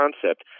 concept